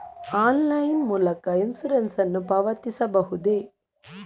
Online ಮೂಲಕ insurance ನ್ನು ಪಾವತಿಸಬಹುದೇ?